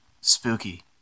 Spooky